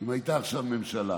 אם הייתה עכשיו ממשלה